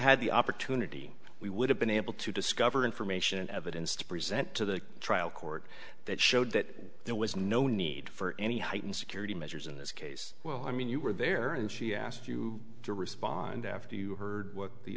had the opportunity we would have been able to discover information evidence to present to the trial court that showed that there was no need for any heightened security measures in this case well i mean you were there and she asked you to respond after you heard what the